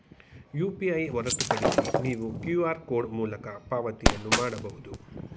UPI ಹೊರತುಪಡಿಸಿ ನೀವು QR code ಮೂಲಕ ಪಾವತಿಯನ್ನು ಮಾಡಬಹುದು